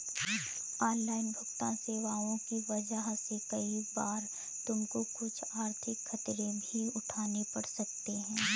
online भुगतन्न सेवाओं की वजह से कई बार तुमको कुछ आर्थिक खतरे भी उठाने पड़ सकते हैं